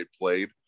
played